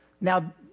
Now